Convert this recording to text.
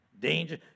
Danger